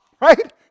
right